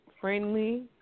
friendly